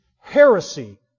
heresy